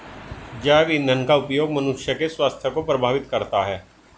जैव ईंधन का उपयोग मनुष्य के स्वास्थ्य को प्रभावित करता है